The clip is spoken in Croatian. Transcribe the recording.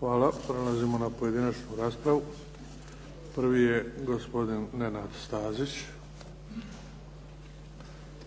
Hvala. Prelazimo na pojedinačnu raspravu. Prvi je gospodin Nenad Stazić.